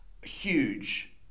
huge